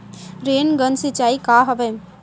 Rain gun सिंचाई का हवय?